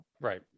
right